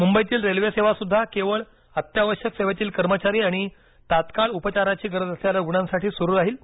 मुंबईतील रेल्वे सेवासुद्धा केवळ अत्यावश्यक सेवेतील कर्मचारी आणि तात्काळ उपचाराची गरज असलेल्या रुग्णांसाठीच सुरु राहील